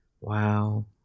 Wow